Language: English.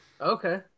okay